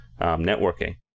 networking